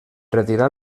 retirar